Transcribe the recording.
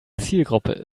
zielgruppe